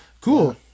Cool